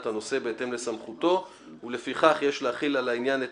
הנושא בהתאם לסמכותו ולפיכך יש להחיל על העניין את